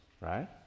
right